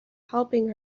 helping